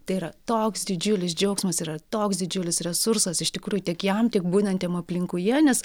tai yra toks didžiulis džiaugsmas yra toks didžiulis resursas iš tikrųjų tiek jam tiek būnantiem aplinkoje nes